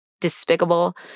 despicable